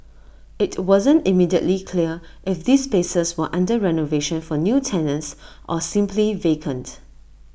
IT wasn't immediately clear if these spaces were under renovation for new tenants or simply vacant